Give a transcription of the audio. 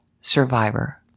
survivor